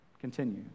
Continue